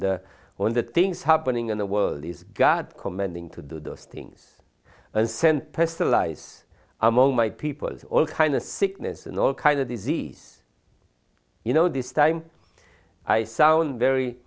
the when the things happening in the world is god commanding to do those things and sent personalise among my people all kind of sickness and all kind of disease you know this time i sound very